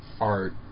art